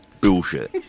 bullshit